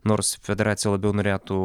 nors federacija labiau norėtų